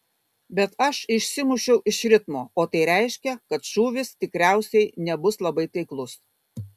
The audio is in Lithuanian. bet aš išsimušiau iš ritmo o tai reiškia kad šūvis tikriausiai nebus labai taiklus